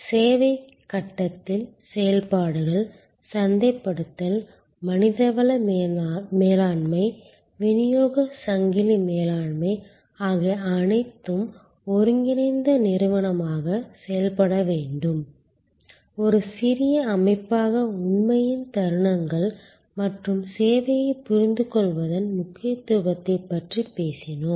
சேவை கட்டத்தில் செயல்பாடுகள் சந்தைப்படுத்தல் மனிதவள மேலாண்மை விநியோகச் சங்கிலி மேலாண்மை ஆகிய அனைத்தும் ஒருங்கிணைந்த நிறுவனமாக செயல்பட வேண்டிய ஒரு சிறிய அமைப்பாக உண்மையின் தருணங்கள் மற்றும் சேவையைப் புரிந்துகொள்வதன் முக்கியத்துவத்தைப் பற்றி பேசினோம்